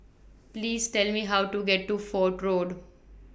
Please Tell Me How to get to Fort Road